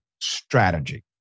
strategy